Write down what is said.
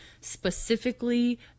specifically